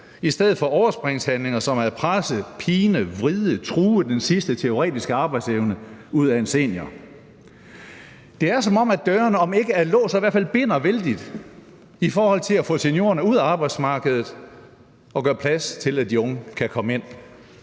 i stedet for overspringshandlinger som at presse, pine, vride og true den sidste teoretiske arbejdsevne ud af en senior. Det er, som om dørene om ikke er låst, men så i hvert fald binder vældigt i forhold til at få seniorerne ud af arbejdsmarkedet og gøre plads til, at de unge kan komme ind.